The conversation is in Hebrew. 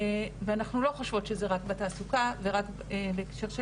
ואנחנו לא חושבות שזה רק בתעסוקה ורק בהקשר של